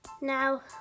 Now